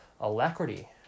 alacrity